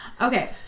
Okay